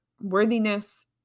worthiness